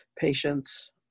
patients